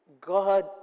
God